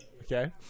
okay